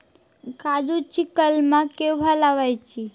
काजुची कलमा केव्हा लावची?